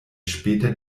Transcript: später